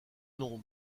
nom